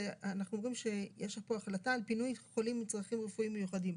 אנחנו אומרים שיש פה החלטה על פינוי חולים עם צרכים רפואיים מיוחדים.